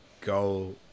go